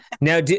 Now